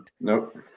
Nope